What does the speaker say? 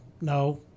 no